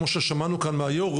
כמו ששמענו כאן מיושבי הראש,